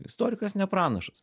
istorikas ne pranašas